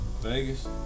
Vegas